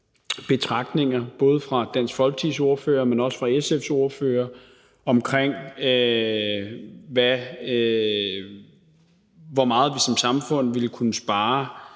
betragtninger både fra Dansk Folkepartis ordfører, men også fra SF's ordfører, omkring, hvor meget vi som samfund vil kunne spare,